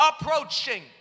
approaching